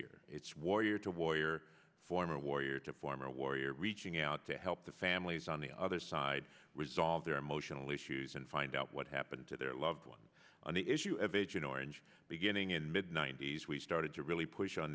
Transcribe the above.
here it's warrior to warrior former warrior to former warrior reaching out to help the families on the other side resolve their emotional issues and find out what happened to their loved one on the issue of agent orange beginning in mid ninety's we started to really push on